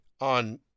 on